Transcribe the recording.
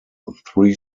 three